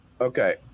Okay